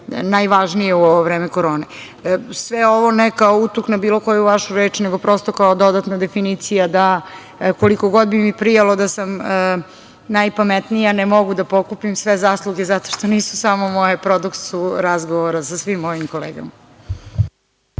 najvažnije u ovo vreme korone. Sve ovo ne kao utuk na bilo koju vašu reč, nego prosto kao dodatna definicija da koliko god mi prijalo da sam najpametnija ne mogu da pokupim sve zasluge zato što nisu samo moje, produkt su razgovora sa svim mojim kolegama.